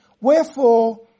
Wherefore